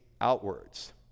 outwards